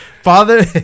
Father